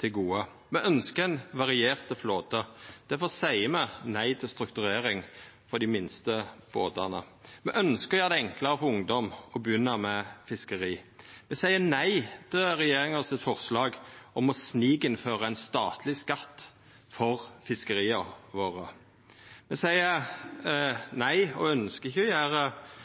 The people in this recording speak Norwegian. til gode. Me ønskjer ein variert flåte. Difor seier me nei til strukturering for dei minste båtane. Me ønskjer å gjera det enklare for ungdom å begynna med fiskeri. Me seier nei til regjeringa sitt forslag om å snikinnføra ein statleg skatt for fiskeria våre. Me seier nei og ønskjer ikkje å